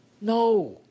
No